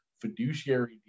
fiduciary